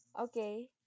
Okay